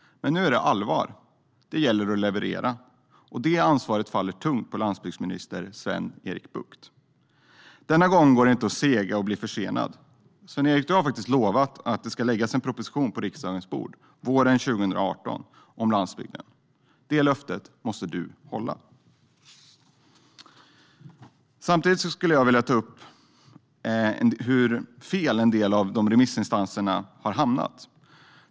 Men nu är det allvar. Det gäller att leverera. Det ansvaret faller tungt på landsbygdsminister Sven-Erik Bucht. Denna gång går det inte att sega och bli försenad. Sven-Erik, du har faktiskt lovat att det ska läggas en proposition på riksdagens bord våren 2018 om landsbygden. Det löftet måste du hålla. Samtidigt vill jag ta upp hur fel jag tycker att en del av remissinstanserna har hamnat.